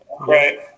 Right